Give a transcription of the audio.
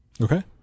Okay